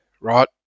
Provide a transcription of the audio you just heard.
right